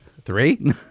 Three